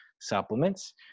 supplements